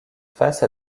face